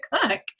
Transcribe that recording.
cook